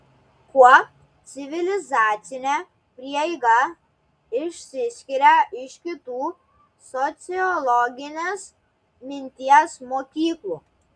kuo civilizacinė prieiga išsiskiria iš kitų sociologinės minties mokyklų